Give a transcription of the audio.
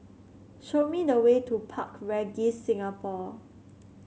show me the way to Park Regis Singapore